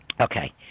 okay